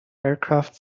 aircraft